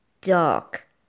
dark